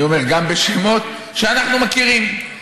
אני אומר: גם בשמות שאנחנו מכירים,